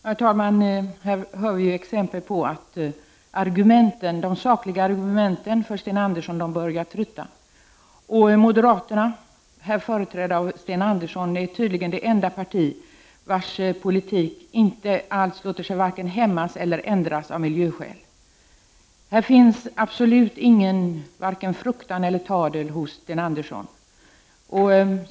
Herr talman! Här hör vi exempel på att de sakliga argumenten börjar tryta för Sten Andersson. Moderaterna, här företrädda av Sten Andersson, är tydligen det enda 25 parti vars politik inte alls låter sig vare sig hämmas eller ändras av miljöskäl. Här finns absolut ingen vare sig fruktan eller tadel hos Sten Andersson.